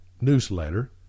newsletter